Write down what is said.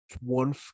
one